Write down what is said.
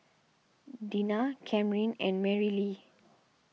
Dinah Camryn and Marylee